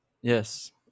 Yes